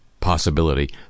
possibility